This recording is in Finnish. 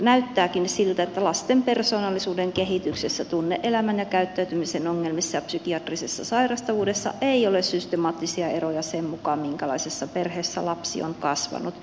näyttääkin siltä että lasten persoonallisuuden kehityksessä tunne elämän ja käyttäytymisen ongelmissa ja psykiatrisessa sairastavuudessa ei ole systemaattisia eroja sen mukaan minkälaisessa perheessä lapsi on kasvanut